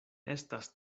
estas